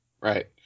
Right